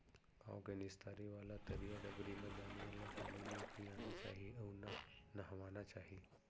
गॉँव के निस्तारी वाला तरिया डबरी म जानवर ल पानी नइ पियाना चाही अउ न नहवाना चाही